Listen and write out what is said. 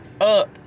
up